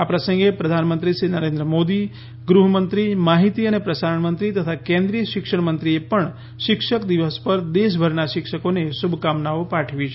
આ પ્રસંગે પ્રધાનમંત્રી શ્રી નરેન્દ્ર મોદી ગૃહમંત્રી માહિતી અને પ્રસારણમંત્રી તથા કેન્દ્રિય શિક્ષણ મંત્રીએ પણ શિક્ષક દિવસ પર દેશભરના શિક્ષકોને શ્રભકામનાઓ પાઠવી છે